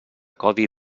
codi